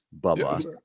bubba